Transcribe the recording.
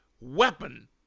weapon